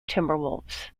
timberwolves